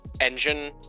engine